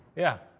yeah,